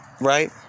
right